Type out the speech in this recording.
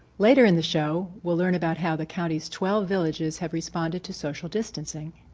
later in the show we'll learn about how the county's twelve villages have responded to social distancing.